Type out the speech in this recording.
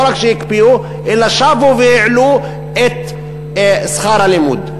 לא רק שהקפיאו, אלא שבו והעלו את שכר הלימוד.